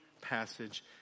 passage